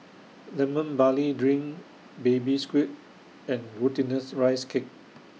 Lemon Barley Drink Baby Squid and Glutinous Rice Cake